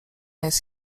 jest